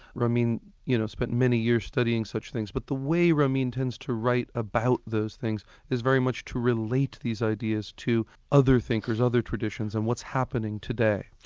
ramin you know spent many years studying such things. but the way ramin tends to write about those things is very much to relate these ideas to other thinkers, other traditions, and what's happening today.